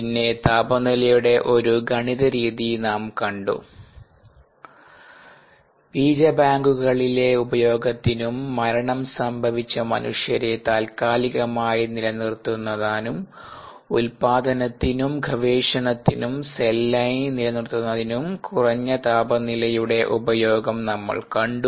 പിന്നെ താപനിലയുടെ ഒരു ഗണിത രീതി നാം കണ്ടു ബീജബാങ്കുകളിലെ ഉപയോഗത്തിനുംമരണം സംഭവിച്ച മനുഷ്യരെ താൽക്കാലികമായി നിലനിർത്താനും ഉൽപ്പാദനത്തിനും ഗവേഷണത്തിനും സെൽ ലൈൻ നിലനിർത്തുന്നതിനും കുറഞ്ഞ താപനിലയുടെ ഉപയോഗം നമ്മൾ കണ്ടു